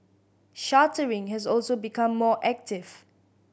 chartering has also become more active